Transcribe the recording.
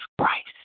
Christ